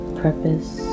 purpose